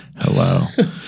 Hello